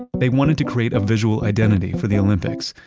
they wanted to create a visual identity for the olympics,